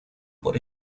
por